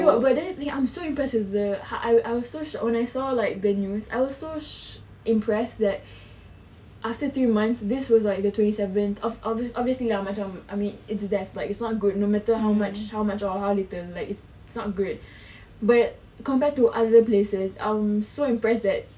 no but then I'm so impressed with the I was I was so shock when I saw like the news I was so shh~ impressed that after three months this was like the twenty seventh obvious~ obviously lah macam I mean it's death like it's not good no matter how much how much or how little like it's not great but compared to other places I'm so impressed that